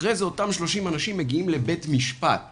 אחרי זה אותם אנשים מגיעים לבית משפט